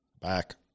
Back